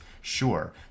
sure